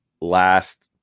last